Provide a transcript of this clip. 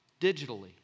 digitally